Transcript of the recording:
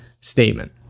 statement